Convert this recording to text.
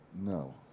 No